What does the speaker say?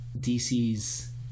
DC's